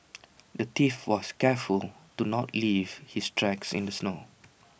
the thief was careful to not leave his tracks in the snow